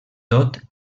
tot